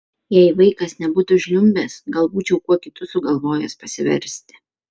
jei vaikas nebūtų žliumbęs gal būčiau kuo kitu sugalvojęs pasiversti